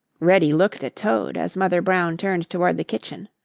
reddy looked at toad, as mother brown turned toward the kitchen.